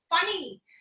funny